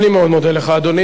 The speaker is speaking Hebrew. אני מאוד מודה לך, אדוני.